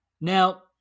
Now